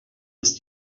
ist